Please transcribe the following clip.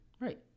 Right